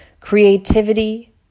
creativity